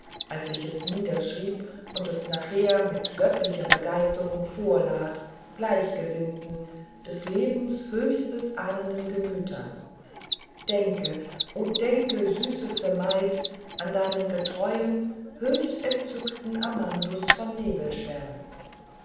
als ich es niederschrieb und es nachher mit göttlicher begeisterung vorlas gleichgestimmten des lebens höchstes ahnenden gemütern denke o denke süßeste maid an deinen getreuen höchst entzückten amandus von